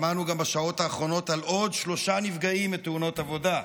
שמענו בשעות האחרונות על עוד שלושה נפגעים בתאונות עבודה,